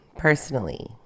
personally